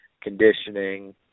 conditioning